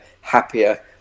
happier